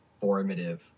formative